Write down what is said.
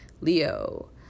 Leo